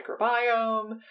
microbiome